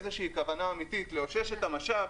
איזושהי כוונה אמיתית לאושש את המשאב,